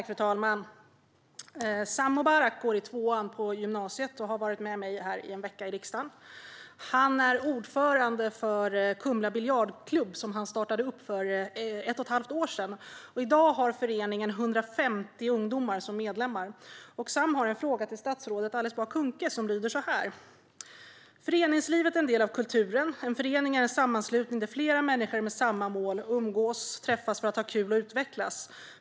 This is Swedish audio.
Fru talman! Sam Mubarak går i tvåan på gymnasiet och har varit med mig här i en vecka i riksdagen. Han är ordförande för Kumla biljardklubb, som han startade för ett och ett halvt år sedan. I dag har föreningen 150 ungdomar som medlemmar. Sam har en fråga till statsrådet Alice Bah Kuhnke: Föreningslivet är en del av kulturen. En förening är en sammanslutning där flera människor med samma mål umgås och träffas för att ha kul och utvecklas.